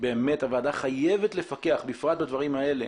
הוועדה חייבת לפקח בפרט בדברים האלה